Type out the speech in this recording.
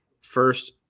First